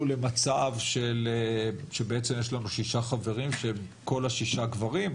למצב שבעצם יש לנו שישה חברים שכל השישה גברים,